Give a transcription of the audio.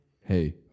Hey